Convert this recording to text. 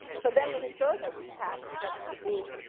so then the historical task gets to be,